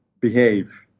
behave